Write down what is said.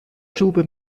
tube